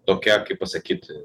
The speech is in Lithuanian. tokia kaip pasakyt